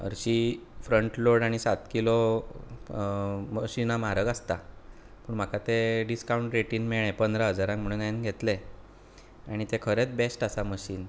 हरशीं front load आनी सात किलो मशीनां म्हारग आसता पूण म्हाका ते डिस्कावंट रेटीन मेळ्ळे पंदरां हजारान म्हूण हांवेन घेतले आनी ते खरेंच बेस्ट आसा मशीन